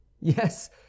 yes